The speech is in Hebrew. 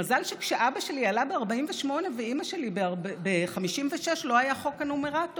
מזל שכשאבא שלי עלה ב-48' ואימא שלי ב-56' לא היה חוק הנומרטור.